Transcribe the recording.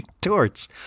torts